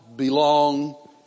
Belong